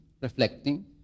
reflecting